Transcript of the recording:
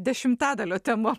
dešimtadalio tema